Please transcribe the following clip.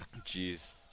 Jeez